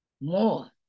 more